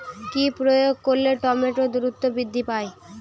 কি প্রয়োগ করলে টমেটো দ্রুত বৃদ্ধি পায়?